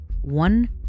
one